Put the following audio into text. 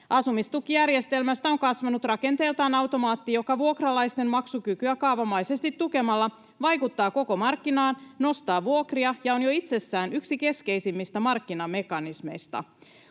”Asumistukijärjestelmästä on kasvanut rakenteeltaan automaatti, joka vuokralaisten maksukykyä kaavamaisesti tukemalla vaikuttaa koko markkinaan, nostaa vuokria ja on jo itsessään yksi keskeisimmistä markkinamekanismeista.